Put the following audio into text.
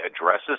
addresses